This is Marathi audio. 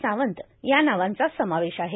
सावंत या नावांचा समावेष आहे